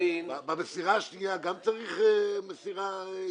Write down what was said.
--- במסירה השנייה גם צריך מסירה אישית?